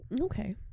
Okay